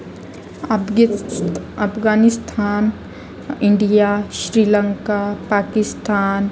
अपगि Afghanistan India Sri Lanka Pakistan